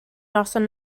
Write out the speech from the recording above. noson